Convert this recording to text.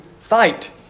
fight